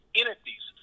entities